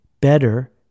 better